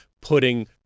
putting